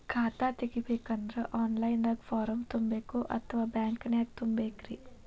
ಖಾತಾ ತೆಗಿಬೇಕಂದ್ರ online ದಾಗ ಫಾರಂ ತುಂಬೇಕೊ ಅಥವಾ ಬ್ಯಾಂಕನ್ಯಾಗ ತುಂಬ ಬೇಕ್ರಿ?